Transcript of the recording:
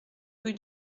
rue